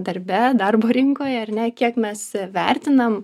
darbe darbo rinkoje ar ne kiek mes vertinam